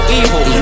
evil